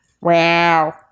Wow